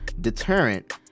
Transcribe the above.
deterrent